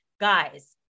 Guys